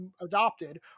adopted